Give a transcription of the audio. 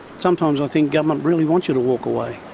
sometimes i think government really wants you to walk away.